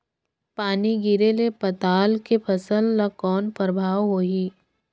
पानी गिरे ले पताल के फसल ल कौन प्रभाव होही?